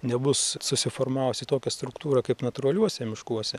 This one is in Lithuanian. nebus susiformavusi tokia struktūra kaip natūraliuose miškuose